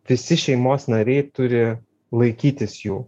visi šeimos nariai turi laikytis jų